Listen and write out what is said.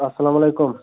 اسلام علیکُم